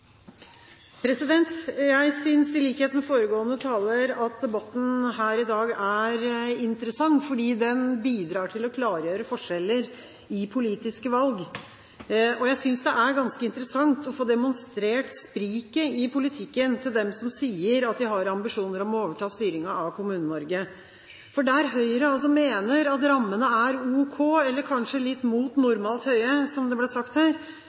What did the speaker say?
måten. Jeg synes, i likhet med foregående taler, at debatten her i dag er interessant, fordi den bidrar til å klargjøre forskjeller i politiske valg. Jeg synes også det er ganske interessant å få demonstrert spriket i politikken til dem som sier at de har ambisjoner om å overta styringen av Kommune-Norge. For der Høyre altså mener at rammene er ok eller kanskje litt mot normalt høye, som det ble sagt her,